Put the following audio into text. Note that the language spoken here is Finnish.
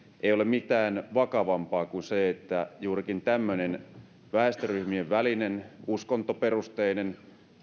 ei ole mitään vakavampaa kuin se että juurikin tämmöinen väestöryhmien välinen uskontoperusteinen